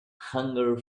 hunger